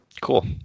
Cool